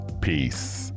Peace